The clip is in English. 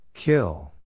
Kill